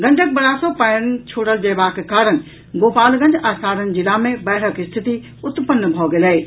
Gandak barrage सॅ पानि छोड़ल जयबाक कारण गोपालगंज आ सारण जिला मे बाढ़िक संकट उत्पन्न भऽ गेल अछि